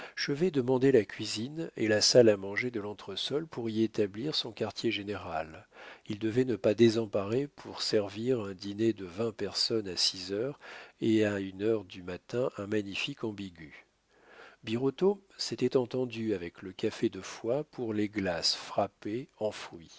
chevet demandait la cuisine et la salle à manger de l'entresol pour y établir son quartier-général il devait ne pas désemparer pour servir un dîner de vingt personnes à six heures et à une heure du matin un magnifique ambigu birotteau s'était entendu avec le café de foy pour les glaces frappées en